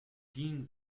being